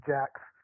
Jack's